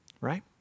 right